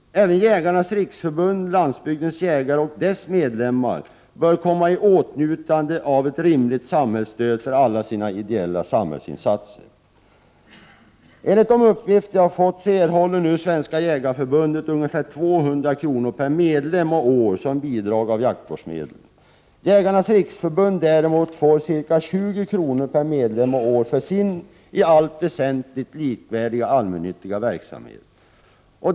Även Jägarnas riksförbund Landsbygdens jägare och dess medlemmar bör komma i åtnjutande av ett rimligt samhällsstöd för alla sina ideella samhällsinsatser. Enligt de uppgifter jag har fått erhåller Svenska jägareförbundet nu ca 200 kr. per medlem och år som bidrag av jaktvårdsmedel. Jägarnas riksförbund däremot får ca 20 kr. per medlem och år för sin i allt väsentligt likvärdiga allmännyttiga verksamhet.